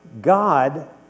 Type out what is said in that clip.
God